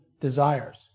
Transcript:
desires